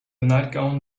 nightgown